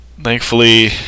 thankfully